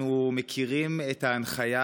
אנחנו מכירים את ההנחיה,